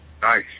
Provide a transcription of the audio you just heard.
Nice